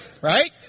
Right